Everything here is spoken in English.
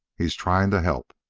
he is trying to help.